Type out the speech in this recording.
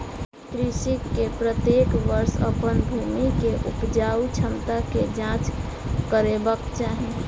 कृषक के प्रत्येक वर्ष अपन भूमि के उपजाऊ क्षमता के जांच करेबाक चाही